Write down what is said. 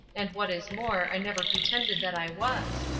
and, what is more, i never pretended that i was.